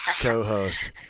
co-host